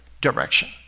direction